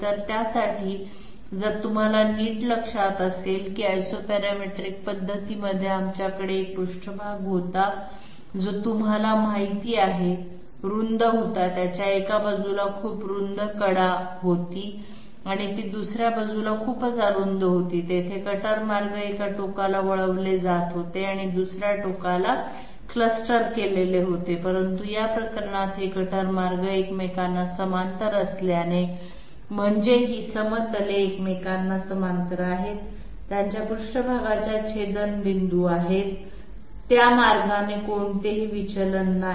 तर त्यासाठी जर तुम्हाला नीट लक्षात असेल की Isoparametric पद्धतीमध्ये आमच्याकडे एक पृष्ठभाग होता जो तुम्हाला माहीत आहे रुंद होता त्याच्या एका बाजूला खूप रुंद कडा होती आणि ती दुसऱ्या बाजूला खूपच अरुंद होती तेथे कटर मार्ग एका टोकाला वळवले जात होते आणि दुसर्या टोकाला क्लस्टर केलेले होते परंतु या प्रकरणात हे कटर मार्ग एकमेकांना समांतर असल्याने म्हणजे ही समतले एकमेकांना समांतर आहेत त्यांच्या पृष्ठभागाच्या छेदनबिंदू आहेत त्या मार्गाने कोणतेही विचलन नाही